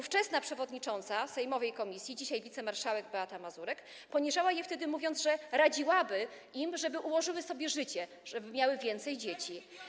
Ówczesna przewodnicząca sejmowej komisji, dzisiaj wicemarszałek Beata Mazurek, poniżała je wtedy, mówiąc, że radziłaby im, żeby ułożyły sobie życie, żeby miały więcej dzieci.